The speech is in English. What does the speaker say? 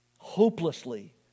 hopelessly